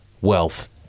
wealth